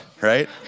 right